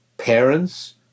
Parents